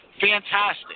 Fantastic